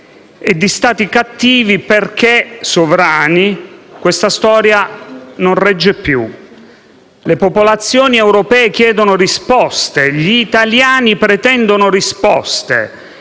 e di Stati cattivi perché sovrani. Questa storia non regge più. Le popolazioni europee chiedono risposte e gli italiani pretendono risposte.